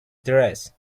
dress